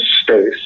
space